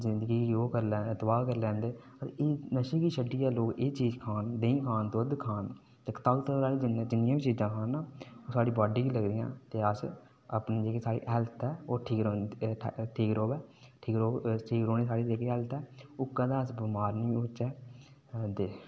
जिंदगी ओह् करी लैंदे तबाह् करी लैंदे ते नशे गी छड्डियै गै एह् लोग किश खान देहीं खान दुद्ध खान ते ताकत आह्लियां जेह्ड़ियां बी चीज़ां खान तां खाली बॉडी गै लगदियां ते तुस अपनी जेह्ड़ी हैल्थ ऐ ओह् तुं'दी ओह् ठीक रौह्ग ठीक रौह्नी जेह्ड़ी हालत ऐ ओह् कदें अस बमार निं औचे ते